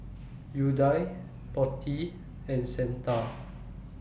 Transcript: Udai Potti and Santha